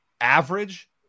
average